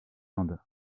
inde